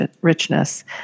richness